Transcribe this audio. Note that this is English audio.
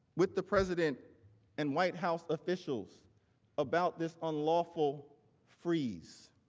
with the president and white house officials about this unlawful freeze?